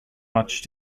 much